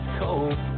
cold